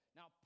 Now